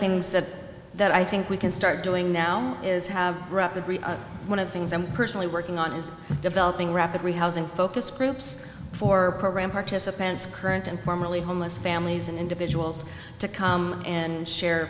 things that that i think we can start doing now is have grew up with one of the things i'm personally working on is developing rapidly housing focused groups for program participants current informally homeless families and individuals to come and share